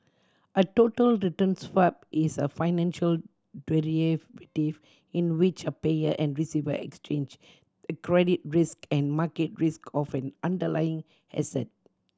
a total return swap is a financial in which a payer and receiver exchange the credit risk and market risk of an underlying asset